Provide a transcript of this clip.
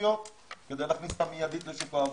הספציפיות כדי להכניס אותם מיידית לשוק העבודה.